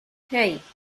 hey